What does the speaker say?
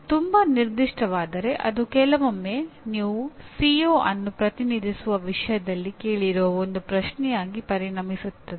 ತುಂಬಾ ನಿರ್ದಿಷ್ಟವಾದರೆ ಅದು ಕೆಲವೊಮ್ಮೆ ನೀವು ಸಿಒ ಅನ್ನು ಪ್ರತಿನಿಧಿಸುವ ವಿಷಯದಲ್ಲಿ ಕೇಳಲಿರುವ ಒಂದು ಪ್ರಶ್ನೆಯಾಗಿ ಪರಿಣಮಿಸುತ್ತದೆ